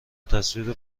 تصویر